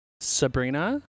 sabrina